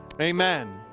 Amen